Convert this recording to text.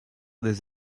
des